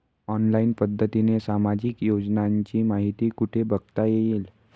Online पद्धतीने सामाजिक योजनांची माहिती कुठे बघता येईल?